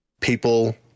people